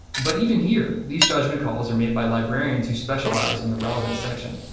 but even here, these judgment calls are made by librarians who specialize in the relevant section,